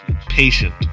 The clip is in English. patient